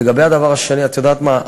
לגבי הדבר השני, את יודעת מה?